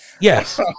Yes